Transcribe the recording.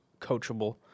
coachable